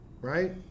right